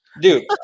Dude